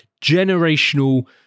generational